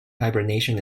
hibernation